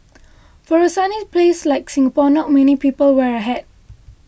for a sunny place like Singapore not many people wear a hat